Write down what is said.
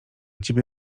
ciebie